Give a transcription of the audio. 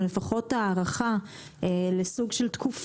או לפחות הארכה לתקופה,